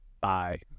Bye